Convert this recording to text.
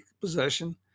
possession